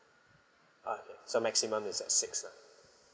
okay so maximum is at six lah